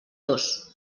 dos